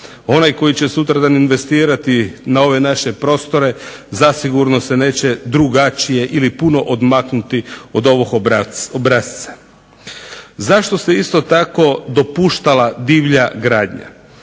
Onaj koji će sutradan investirati na ove naše prostore zasigurno se neće drugačije ili puno odmaknuti od ovog obrasca. Zašto se isto tako dopuštala divlja gradnja.